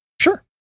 Sure